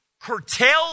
curtail